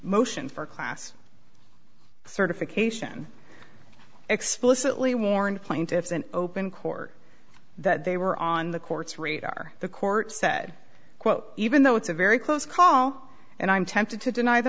motion for class certification explicitly warned plaintiffs in open court that they were on the court's radar the court said quote even though it's a very close call and i'm tempted to deny the